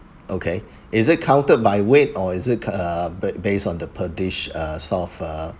okay is it counted by weight or is it uh b~ based on the per dish uh sort of a